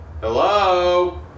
Hello